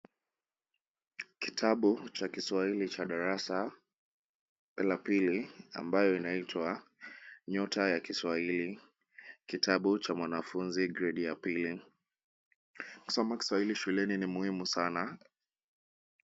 Kitabu cha Kiswahili cha darasa la pili ambayo inaitwa Nyota ya Kiswahili. Kitabu cha mwanafunzi gredi ya pili. Kusoma Kiswahili shuleni ni muhimu sana.